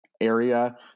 area